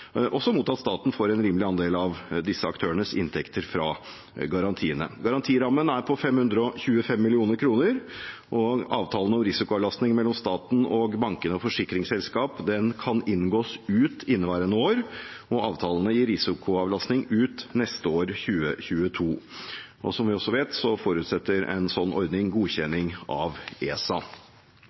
også mot at staten får en rimelig andel av disse aktørenes inntekter fra garantiene. Garantirammen er på 525 mill. kr, og avtaler om risikoavlastning mellom staten og banker og forsikringsselskaper kan inngås ut inneværende år, og avtalene gir risikoavlastning ut neste år, 2022. Som vi også vet, forutsetter en slik ordning godkjenning av ESA.